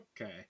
Okay